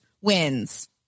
wins